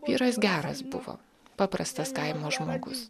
vyras geras buvo paprastas kaimo žmogus